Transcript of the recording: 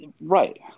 right